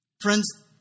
Friends